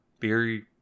theory